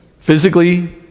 physically